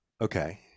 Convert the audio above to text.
Okay